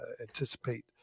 anticipate